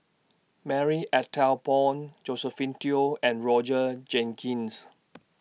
Marie Ethel Bong Josephine Teo and Roger Jenkins